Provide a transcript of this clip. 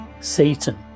Satan